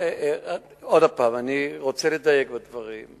עוד פעם, אני רוצה לדייק בדברים.